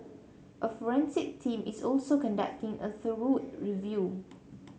a forensic team is also conducting a thorough review